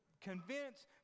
convince